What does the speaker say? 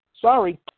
Sorry